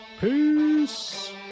peace